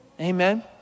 Amen